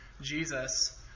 Jesus